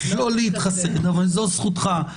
אבל זו זכותך,